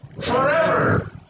Forever